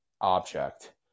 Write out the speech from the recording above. object